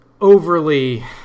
overly